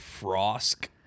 Frosk